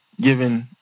given